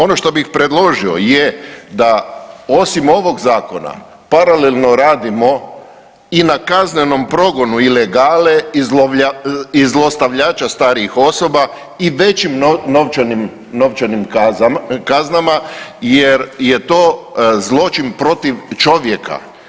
Ono što bih predložio je da, osim ovog zakona, paralelno radimo i na kaznenom progonu ilegale i zlostavljača starijih osoba i većim novčanim kaznama jer je to zločin protiv čovjeka.